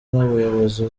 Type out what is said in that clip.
n’ubuyobozi